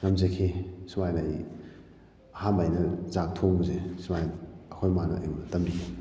ꯉꯝꯖꯈꯤ ꯁꯨꯃꯥꯏꯅ ꯑꯩ ꯑꯍꯥꯟꯕ ꯑꯩꯅ ꯆꯥꯛ ꯊꯣꯡꯕꯁꯦ ꯁꯨꯃꯥꯏꯅ ꯑꯩꯈꯣꯏ ꯏꯃꯥꯅ ꯑꯩꯉꯣꯟꯗ ꯇꯝꯕꯤ